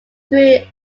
through